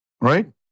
Right